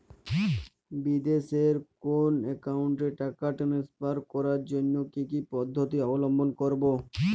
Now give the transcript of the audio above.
বিদেশের কোনো অ্যাকাউন্টে টাকা ট্রান্সফার করার জন্য কী কী পদ্ধতি অবলম্বন করব?